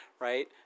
right